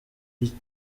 icya